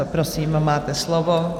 Prosím, máte slovo.